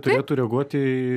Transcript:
turėtų reaguoti į